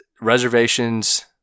reservations